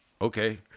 Okay